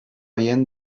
bien